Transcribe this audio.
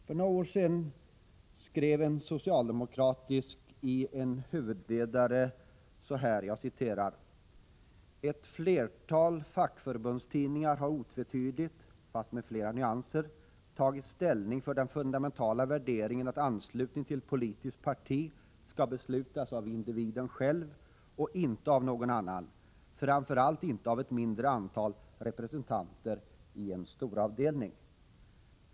För några år sedan skrev en socialdemokratisk tidning i en huvudledare: ”Ett flertal fackförbundstidningar har otvetydigt, fast med flera nyanser, tagit ställning för den fundamentala värderingen att anslutning till ett politiskt parti ska beslutas av individen själv och inte av någon annan; framför allt inte av ett mindre antal representanter i en storavdelning.